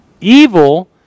Evil